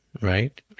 right